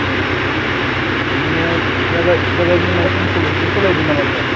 औ औ बिदिनो जागायजेननाय समखौल'सो सोलायदों नामा सार